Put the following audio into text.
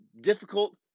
difficult